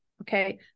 Okay